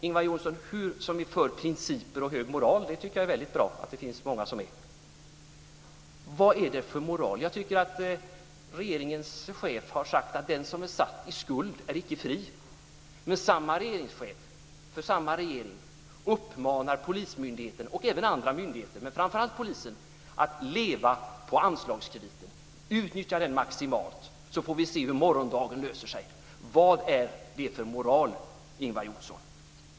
Ingvar Johnsson är för principer och hög moral, och jag tycker att det är väldigt bra att många är det. Regeringens chef har sagt att den som är satt i skuld icke är fri. Samma regering uppmanar framför allt polismyndigheten men även andra myndigheter att leva på anslagskrediten. - Utnyttja den maximalt, så får vi se hur morgondagens problem löser sig! Vad är det för moral, Ingvar Johnsson?